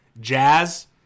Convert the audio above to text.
jazz